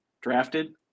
drafted